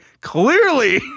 clearly